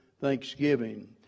thanksgiving